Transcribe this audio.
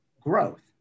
growth